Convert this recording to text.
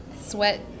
sweat